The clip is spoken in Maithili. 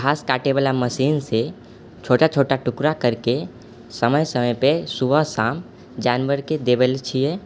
घास काटैवला मशीनसँ छोटा छोटा टुकड़ा करिके समय समयपर सुबह शाम जानवरके देबैलए छिए